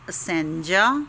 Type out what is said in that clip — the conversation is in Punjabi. ਅਸੈਂਜਾ